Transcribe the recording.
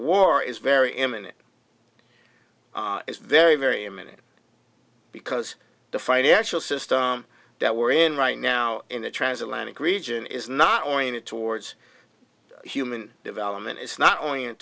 war is very imminent is very very minute because the financial system that we're in right now in the transatlantic region is not oriented towards human development it's not only